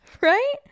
Right